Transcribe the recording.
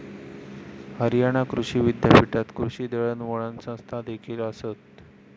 हरियाणा कृषी विद्यापीठात कृषी दळणवळण संस्थादेखील आसत